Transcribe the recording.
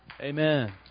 Amen